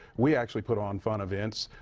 we actually put on fun events,